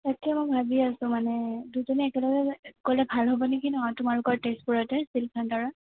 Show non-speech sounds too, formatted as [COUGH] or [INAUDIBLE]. তাকে মই ভাবি আছোঁ মানে দুজনে একেলগে [UNINTELLIGIBLE] গ'লে ভাল হ'ব নেকি ন তোমালোকৰ তেজপুৰতে চিল্ক ভাণ্ডাৰত